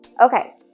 Okay